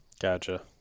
Gotcha